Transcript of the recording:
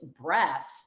breath